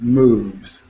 moves